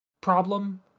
problem